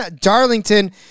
Darlington